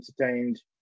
entertained